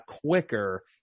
quicker